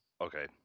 okay